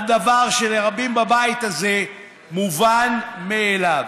על דבר שלרבים בבית הזה מובן מאליו.